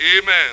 amen